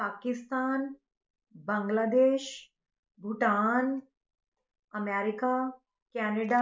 Pakistan Bangladesh Bhutan America Canada